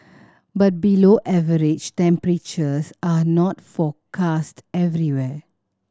but below average temperatures are not forecast everywhere